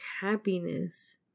happiness